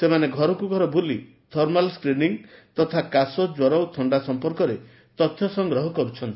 ସେମାନେ ଘରକୁଘର ବୁଲି ଥର୍ମାଲ ସ୍ତ୍ରିନିଂ ତଥା କାଶ ଜ୍ୱର ଓ ଥଣ୍ତା ସମ୍ପର୍କରେ ତଥ୍ୟ ସଂଗ୍ରହ କରିଛନ୍ତି